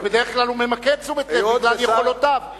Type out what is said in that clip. בדרך כלל הוא ממקד תשומת לב בגלל יכולותיו,